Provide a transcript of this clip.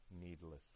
needlessly